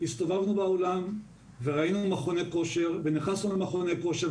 הסתובבנו בעולם וראינו מכוני כושר ונכנסנו למכוני כושר,